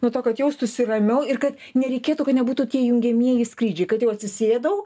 nuo to kad jaustųsi ramiau ir kad nereikėtų kad nebūtų tie jungiamieji skrydžiai kad jau atsisėdau